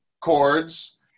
chords